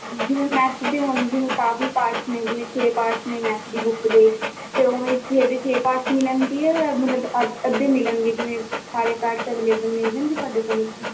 ਜਿਵੇਂ ਮੈਥ ਦੀ ਹੋਣੀ ਜਿਵੇਂ ਕਾਫ਼ੀ ਪਾਰਟ ਨੇ ਜਿਵੇਂ ਛੇ ਪਾਰਟਸ ਨੇ ਮੈਥ ਦੀ ਬੁੱਕ ਦੇ ਤੇ ਉਵੇਂ ਛੇ ਪਾਰਟਸ ਮਿਲਣਗੇ ਜਾਂ ਮਤਲਬ ਅਧ ਅੱਧੇ ਮਿਲਣਗੇ ਜਿਵੇਂ ਸਾਰੇ ਪਾਰਟਸ ਅਵੇਲੇਬਲ ਮਿਲ ਜਾਣਗੇ ਤੁਹਾਡੇ ਕੋਲ ਉੱਥੋਂ